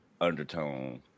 undertone